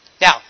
Now